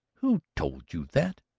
who told you that?